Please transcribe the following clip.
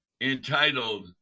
entitled